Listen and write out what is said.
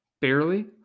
Barely